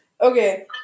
Okay